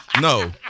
No